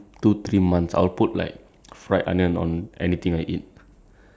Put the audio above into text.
then like for the next like after I discover that for the next like